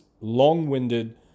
long-winded